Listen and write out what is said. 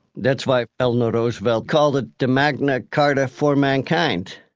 that's why eleanor roosevelt called it the magna carta for mankind.